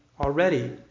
already